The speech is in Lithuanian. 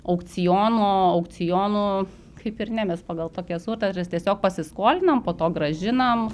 aukciono aukcionų kaip ir ne mes pagal tokias sutartis tiesiog pasiskolinam po to grąžinam